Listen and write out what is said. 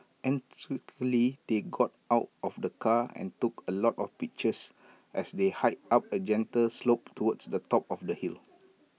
enthusiastically they got out of the car and took A lot of pictures as they hiked up A gentle slope towards the top of the hill